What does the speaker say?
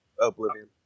oblivion